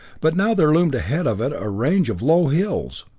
but now there loomed ahead of it a range of low hills!